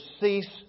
cease